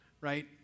right